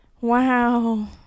wow